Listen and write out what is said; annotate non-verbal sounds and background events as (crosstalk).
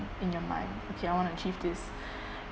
in your mind okay I wanna achieve this (breath)